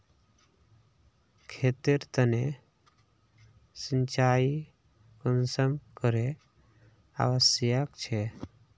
खेतेर तने सिंचाई कुंसम करे आवश्यक छै?